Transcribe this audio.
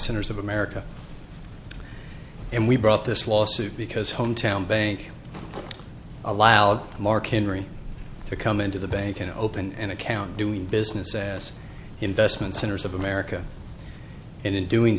centers of america and we brought this lawsuit because hometown bank allowed mark henry to come into the bank and open an account doing business as investment centers of america and in doing